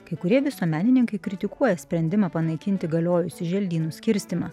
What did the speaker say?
kai kurie visuomenininkai kritikuoja sprendimą panaikinti galiojusį želdynų skirstymą